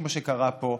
כמו שקרה פה,